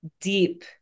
deep